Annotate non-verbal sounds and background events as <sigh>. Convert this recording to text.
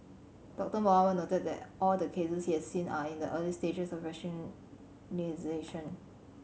Doctor Mohamed noted that all the cases he has seen are in the early stages of <unintelligible>